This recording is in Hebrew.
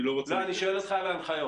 אני שואל אותך על ההנחיות.